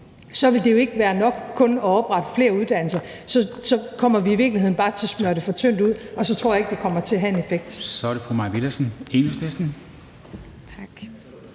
vil det jo ikke være nok kun at oprette flere uddannelser, for så kommer vi i virkeligheden bare til at smøre for tyndt ud, og så tror jeg ikke, det kommer til at have en effekt. Kl. 23:12 Formanden